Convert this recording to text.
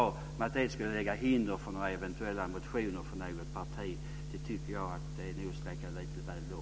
Jag tycker nog att det är att sträcka sig lite väl långt att säga att detta skulle vara ett hinder för eventuella motioner från olika partier.